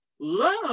love